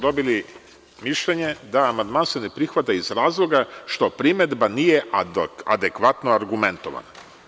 Dobili smo mišljenje – amandman se ne prihvata iz razloga što primedba nije adekvatno argumentovana.